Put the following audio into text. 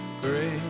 great